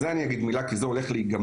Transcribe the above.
יותר.